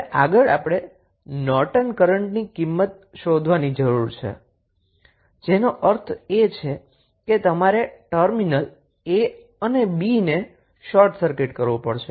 હવે આગળ આપણે નોર્ટન કરન્ટની કિંમત શોધવાની જરૂર છે જેનો અર્થ છે કે તમારે ટર્મિનલ a અને b ને શોર્ટ સર્કિટ કરવું પડશે